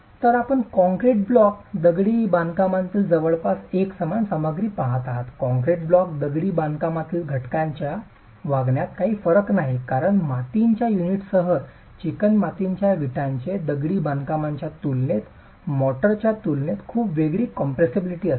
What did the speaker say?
तर आपण concrete block दगडी बांधकामातील जवळजवळ एकसमान सामग्री पहात आहात कॉंक्रिट ब्लॉक दगडी बांधकामातील घटकांच्या वागण्यात काही फरक नाही कारण मातीच्या युनिटसह चिकणमातीच्या विटांचे दगडी बांधकामाच्या तुलनेत मोर्टारच्या तुलनेत खूपच वेगळी कॉम्प्रॅसिबिलिटी असते